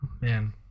Man